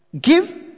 give